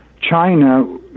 china